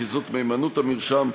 חיזוק מהימנות המרשם,